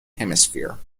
hemisphere